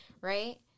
right